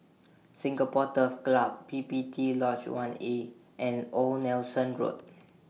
Singapore Turf Club P P T Lodge one A and Old Nelson Road